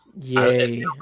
Yay